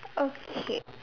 okay